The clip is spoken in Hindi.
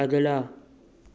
अगला